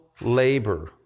labor